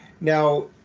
Now